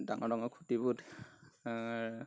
ডাঙৰ ডাঙৰ খুটিবোৰত